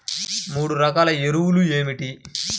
మూడు రకాల ఎరువులు ఏమిటి?